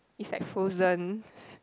is like frozen